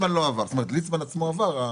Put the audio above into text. זאת אומרת, ליצמן עצמו עבר,